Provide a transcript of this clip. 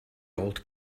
old